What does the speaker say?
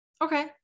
Okay